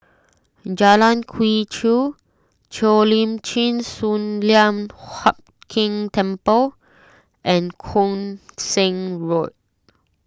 Jalan Quee Chew Cheo Lim Chin Sun Lian Hup Keng Temple and Koon Seng Road